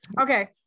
okay